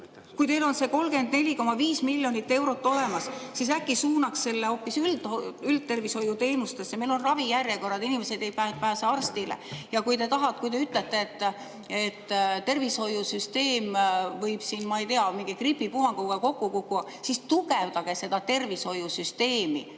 Kui teil on see 34,5 miljonit eurot olemas, siis äkki suunaks selle hoopis üldtervishoiuteenustesse? Meil on ravijärjekorrad, inimesed ei pääse arstile. Ja kui te tahate nüüd ütelda, et tervishoiusüsteem võib siin, ma ei tea, mingi gripipuhanguga kokku kUkkuda, siis tugevdage seda tervishoiusüsteemi